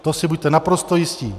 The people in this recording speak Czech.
To si buďte naprosto jistí.